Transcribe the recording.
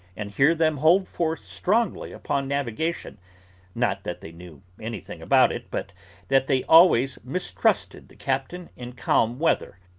and hear them hold forth strongly upon navigation not that they knew anything about it, but that they always mistrusted the captain in calm weather,